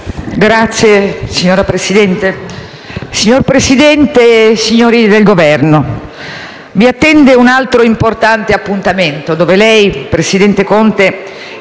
Signor Presidente, signor Presidente del Consiglio, signori del Governo, vi attende un altro importante appuntamento dove lei, presidente Conte,